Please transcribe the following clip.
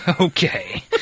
Okay